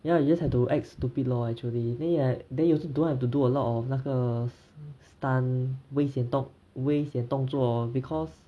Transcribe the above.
ya you just have to act stupid lor actually then like then you also don't have to do a lot of 那个 stun 危险动危险动作 because